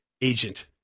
agent